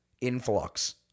influx